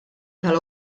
tal